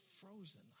frozen